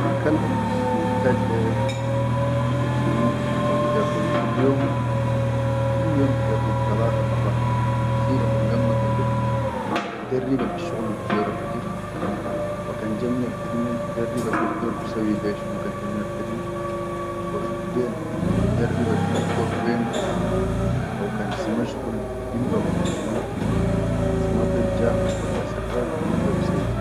Alkalb mihtaj le i'allumu haw idarribu fil yom, kulli yom Idarribu talata marrat, sida kan gamma fajir Idarriba fisshuqul al bidora fajir, wa kan Ja minal kihidime idarriba fi bidor bisawwi le shunu kan ja minal khidime, wa fillel Idarriba bigot wen wa binbah bigul fi bidor bisqowi le Slimnu kan ja minaal kihidine, wa fillel idarriba wa binbah bigul Shunu kan sima daif ja walla sarrak binbah.